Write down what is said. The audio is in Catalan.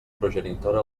progenitora